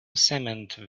cement